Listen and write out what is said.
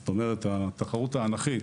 זאת אומרת שהתחרות האנכית